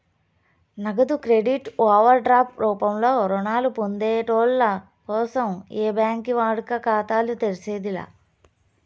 నగదు credit overdraft రూపంలో రుణాలు పొందేటోళ్ళ కోసం ఏ బ్యాంకి వాడుక ఖాతాలు తెర్సేది లా